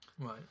Right